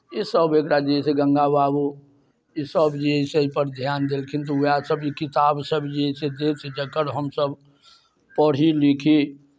ईसभ एकरा जे अइ से गङ्गा बाबू ईसभ जे अइ से एहिपर ध्यान देलखिन तऽ उएहसभ जे किताबसभ जे अइ से देथि जकर हमसभ पढ़ी लिखी